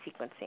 sequencing